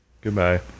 Goodbye